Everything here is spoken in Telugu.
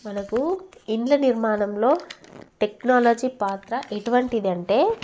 మనకు ఇండ్ల నిర్మాణంలో టెక్నాలజీ పాత్ర ఎటువంటిది అంటే